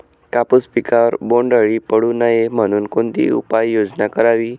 कापूस पिकावर बोंडअळी पडू नये म्हणून कोणती उपाययोजना करावी?